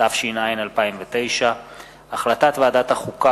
התש”ע 2009. החלטת ועדת החוקה,